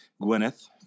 Gwyneth